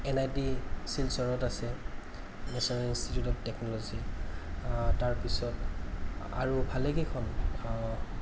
N I T শিলচৰত আছে national institute of technology তাৰপিছত আৰু ভালেকেইখন